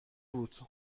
بود